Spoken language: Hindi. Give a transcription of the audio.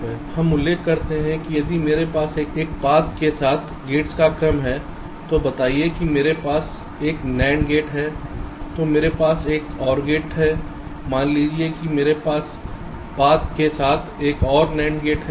हम याद करते हैं हम उल्लेख करते हैं कि यदि मेरे पास एक पाथ के साथ गेट्स का क्रम है तो बताएं कि मेरे पास एक NAND गेट है तो मेरे पास एक OR गेट है मान लीजिए कि मेरे पास पाथ के साथ एक और NAND गेट है